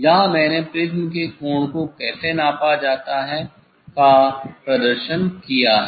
यहाँ मैंने प्रिज्म के कोण को कैसे नापा जाता है का प्रदर्शन किया है